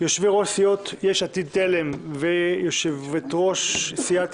יושבי-ראש סיעות יש עתיד תל"ם ויושבת-ראש סיעת